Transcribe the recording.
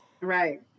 Right